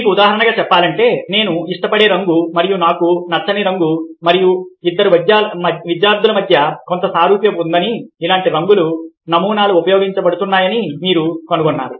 మీకు ఉదాహరణగా చెప్పాలంటే నేను ఇష్టపడే రంగు మరియు నాకు నచ్చని రంగు మరియు ఇద్దరు విద్యార్థుల మధ్య కొంత సారూప్యత ఉందని ఇలాంటి రంగుల నమూనాలు ఉపయోగించబడుతున్నాయని మీరు కనుగొన్నారు